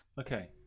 okay